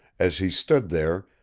as he stood there,